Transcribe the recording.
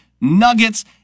Nuggets